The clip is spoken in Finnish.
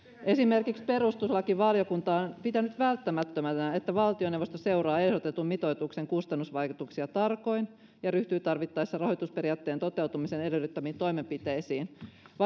perustuslakivaliokunta on esimerkiksi pitänyt välttämättömänä että valtioneuvosto seuraa ehdotetun mitoituksen kustannusvaikutuksia tarkoin ja ryhtyy tarvittaessa rahoitusperiaatteen toteutumisen edellyttämiin toimenpiteisiin